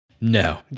No